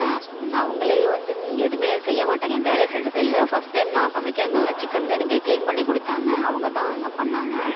அவர்களே வந்து எதுவுமே செய்ய மாட்டாங்க எந்த வேலையும் செஞ்சதில்லை ஃபஸ்ட் டைம் நான் சமைக்கிறங்கிறனால் சிக்கன் வந்து எனக்கு க்ளீன் பண்ணி கொடுத்தாங்க அவங்க தான் எல்லாம் பண்ணிணாங்க